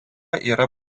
yra